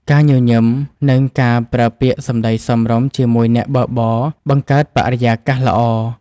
ការញញឹម និងការប្រើពាក្យសម្តីសមរម្យជាមួយអ្នកបើកបរ បង្កើតបរិយាកាសល្អ។